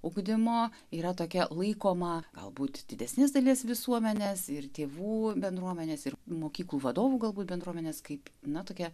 ugdymo yra tokia laikoma galbūt didesnės dalies visuomenės ir tėvų bendruomenės ir mokyklų vadovų galbūt bendruomenės kaip na tokia